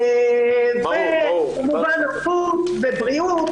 וכמובן בריאות